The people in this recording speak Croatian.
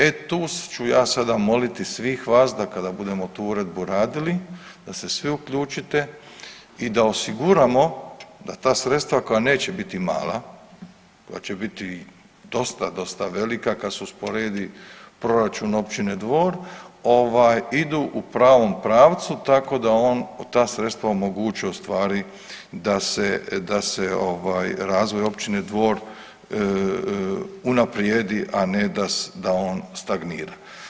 E tu ću ja sada moliti svih vas, da kada budemo tu uredbu radili da se svi uključite i da osiguramo da ta sredstva koja neće biti mala, koja će biti dosta, dosta velika kad se usporedi proračun općine Dvor idu u pravom pravcu tako da on ta sredstva omogući, u stvari da se razvoj općine Dvor unaprijedi, a ne da on stagnira.